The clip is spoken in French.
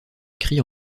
écrit